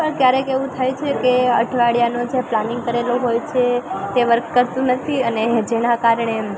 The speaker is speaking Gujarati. પણ ક્યારેક એવું થાય છે કે અઠવાડિયાનું જે પ્લાનિંગ કરેલું હોય છે તે વર્ક કરતું નથી અને જેના કારણે